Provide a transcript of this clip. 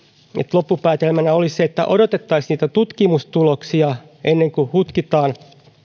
loppupäätelmänä olisi se että odotettaisiin niitä tutkimustuloksia ennen kuin hutkitaan